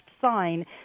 sign